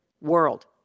world